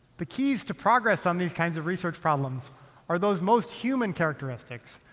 the keys to progress on these kinds of research problems are those most human characteristics,